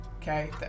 Okay